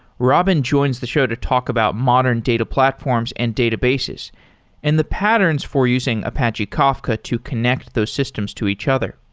robin joins the show to talk about modern data platforms and databases and the patterns for using apache kafka to connect those systems to each other.